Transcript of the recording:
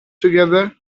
together